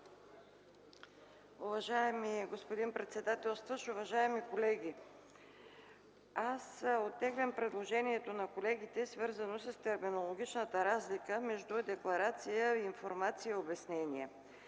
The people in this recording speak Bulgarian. Уважаеми господин председателстващ, уважаеми колеги! Аз оттеглям предложението на колегите, свързано с терминологичната разлика между „декларация”, „информация” и „обяснения”.